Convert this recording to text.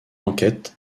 enquête